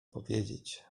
powiedzieć